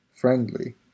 Friendly